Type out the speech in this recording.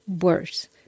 worse